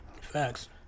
Facts